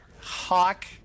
Hawk